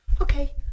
Okay